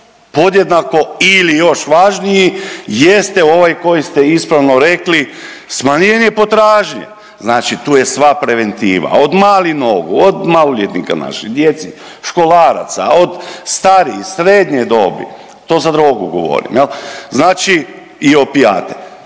podjednako ili još važniji jeste ovaj koji ste ispravno rekli, smanjenje potražnje, znači tu je sva preventiva, od malih nogu, od maloljetnika naših, djece, školaraca, od starijih, srednje dobi, to za drogu govorim, je li, znači, i opijate